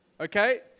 okay